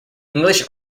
english